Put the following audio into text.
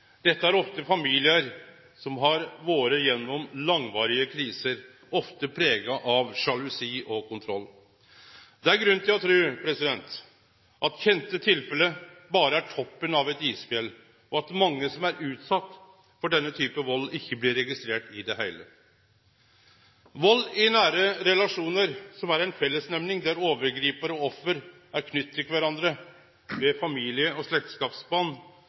Dette er ofte familiar som har vore gjennom langvarige kriser, ofte prega av sjalusi og kontroll. Det er grunn til å tru at kjende tilfelle berre er toppen av eit isfjell, og at mange som er utsette for denne typen vald, ikkje blir registrerte i det heile. Vald i nære relasjonar, som er ei fellesnemning der overgripar og offer er knytte til kvarandre med familie- eller slektskapsband,